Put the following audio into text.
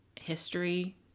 history